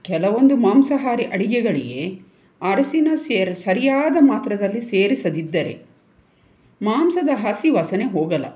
ಕೆಲವೊಂದು ಮಾಂಸಾಹಾರಿ ಅಡಿಗೆಗಳಿಗೆ ಅರಿಸಿನ ಸೇರಿ ಸರಿಯಾದ ಮಾತ್ರದಲ್ಲಿ ಸೇರಿಸದಿದ್ದರೆ ಮಾಂಸದ ಹಸಿ ವಾಸನೆ ಹೋಗಲ್ಲ